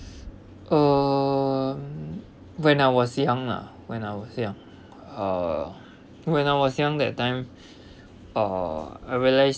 uh when I was young lah when I was young uh when I was young that time uh I realise